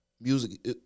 music